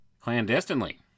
clandestinely